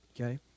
Okay